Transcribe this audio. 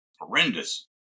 horrendous